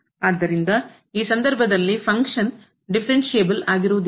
ಆದ್ದರಿಂದ ಈ ಸಂದರ್ಭದಲ್ಲಿ ಫಂಕ್ಷನ್ ಕಾರ್ಯವು ಡಿಫರೆನ್ಷಿಯಬಲ್ ಆಗಿರುವುದಿಲ್ಲ